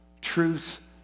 Truth